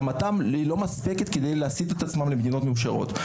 רמתם לא מספקת כדי להסיט את עצמם למדינות מאושרות.